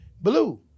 blue